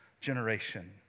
generation